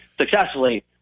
successfully